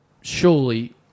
surely